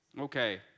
Okay